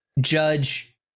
Judge